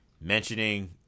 mentioning